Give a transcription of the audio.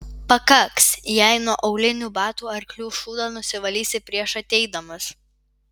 pakaks jei nuo aulinių batų arklių šūdą nusivalysi prieš ateidamas